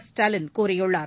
க ஸ்டாலின் கூறியுள்ளார்